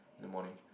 in the morning